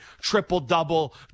triple-double